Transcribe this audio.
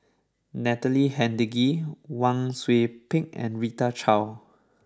Natalie Hennedige Wang Sui Pick and Rita Chao